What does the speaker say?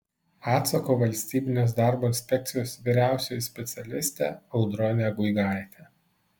atsako valstybinės darbo inspekcijos vyriausioji specialistė audronė guigaitė